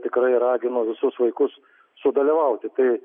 tikrai raginu visus vaikus sudalyvauti tai